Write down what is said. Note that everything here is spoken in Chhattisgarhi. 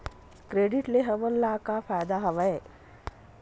क्रेडिट ले हमन ला का फ़ायदा हवय?